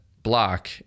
block